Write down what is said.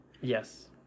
Yes